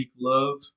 Love